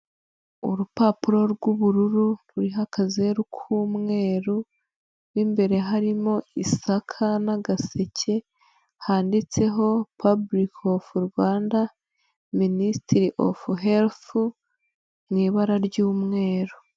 Urupapuro rw'ubururu ruhagaze ku'umweru, mo imbere harimo isaka n'agaseke handitseho paburike ofu Rwanda Minisitire ofu mu ibara ry'umweru.